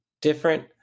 different